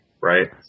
right